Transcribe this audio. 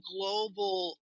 global